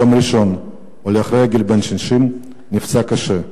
ביום ראשון הולך רגל בן 60 נפצע קשה,